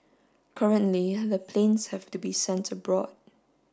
currently the planes have to be sent abroad